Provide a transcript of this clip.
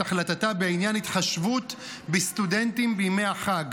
החלטתה בעניין התחשבות בסטודנטים בימי החג,